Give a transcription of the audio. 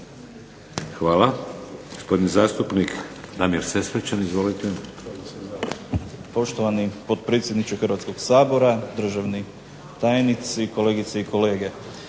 Hvala. Gospodin zastupnik Damir Sesvečan. Izvolite. **Sesvečan, Damir (HDZ)** Poštovani potpredsjedniče Hrvatskog sabora, državni tajnici, kolegice i kolege.